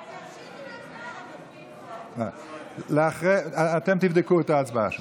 96. אתם תבדקו את ההצבעה שם.